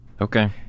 Okay